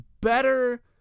better